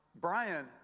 Brian